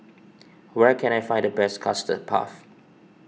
where can I find the best Custard Puff